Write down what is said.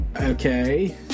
Okay